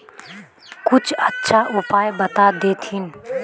कुछ अच्छा उपाय बता देतहिन?